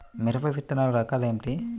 మిరప విత్తనాల రకాలు ఏమిటి?